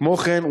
כמו כן,